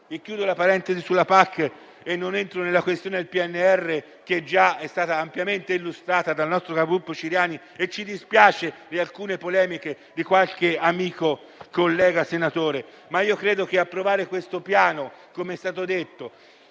Chiudo la parentesi sulla PAC e non entro nella questione del PNRR, che già è stata ampiamente illustrata dal nostro capogruppo Ciriani. Ci dispiace per alcune polemiche di qualche amico, collega senatore, ma io credo che approvare questo Piano - come è stato detto